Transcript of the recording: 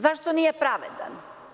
Zašto nije pravedan?